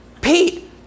Pete